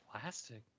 Plastic